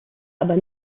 aber